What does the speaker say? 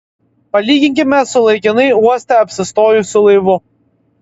palyginkime su laikinai uoste apsistojusiu laivu